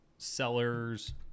seller's